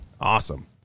Awesome